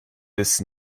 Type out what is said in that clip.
bis